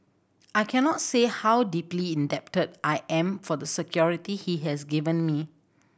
I cannot say how deeply indebted I am for the security he has given me